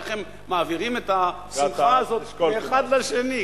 איך הם מעבירים את השמחה הזאת מאחד לשני.